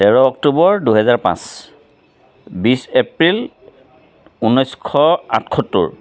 তেৰ অক্টোবৰ দুহেজাৰ পাঁচ বিছ এপ্ৰিল ঊনৈছশ আঠসত্তৰ